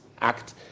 Act